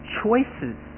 choices